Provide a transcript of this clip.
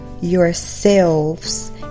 yourselves